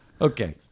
Okay